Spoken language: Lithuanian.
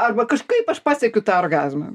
arba kažkaip aš pasiekiu orgazmą